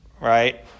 right